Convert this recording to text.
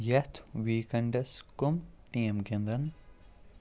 یَتھ weekends کۄم team گِنٛدن؟